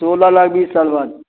सोलह लाख बीस साल बाद